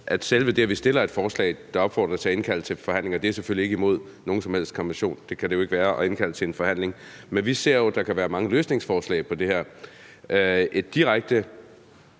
Selve det, at vi fremsætter et forslag, der opfordrer til at indkalde til forhandlinger, er selvfølgelig ikke imod nogen som helst konvention – det kan det jo ikke være at indkalde til en forhandling. Men vi ser jo, at der kan være mange løsningsforslag til det her. Et direkte